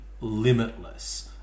limitless